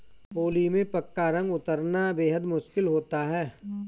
होली में पक्का रंग उतरना बेहद मुश्किल होता है